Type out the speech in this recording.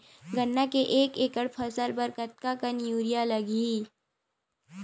गन्ना के एक एकड़ फसल बर कतका कन यूरिया लगही?